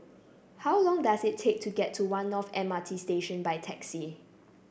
how long does it take to get to One North M R T Station by taxi